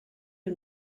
you